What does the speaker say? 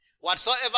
Whatsoever